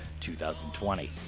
2020